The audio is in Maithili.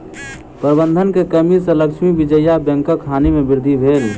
प्रबंधन के कमी सॅ लक्ष्मी विजया बैंकक हानि में वृद्धि भेल